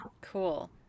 Cool